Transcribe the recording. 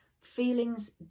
feelings